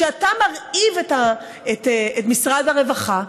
כשאתה מרעיב את משרד הרווחה,